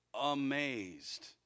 amazed